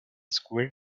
squirt